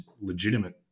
legitimate